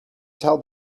tell